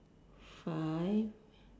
five